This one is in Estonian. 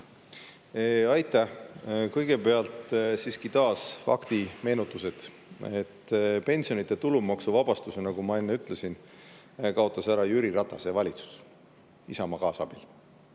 Aitäh! Kõigepealt siiski taas faktimeenutused. Pensionide tulumaksuvabastuse, nagu ma enne ütlesin, kaotas ära Jüri Ratase valitsus Isamaa kaasabil,